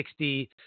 60